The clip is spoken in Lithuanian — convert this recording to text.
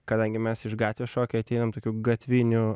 kadangi mes iš gatvės šokio atėjom tokiu gatviniu